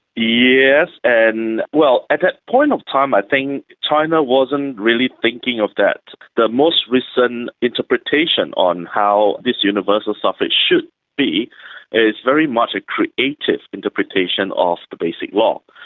yes, and, well, at that point of time i think china wasn't really thinking of that. the most recent and interpretation on how this universal suffrage should be is very much a created interpretation of the basic law.